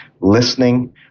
listening